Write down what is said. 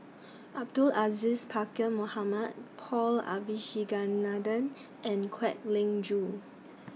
Abdul Aziz Pakkeer Mohamed Paul Abisheganaden and Kwek Leng Joo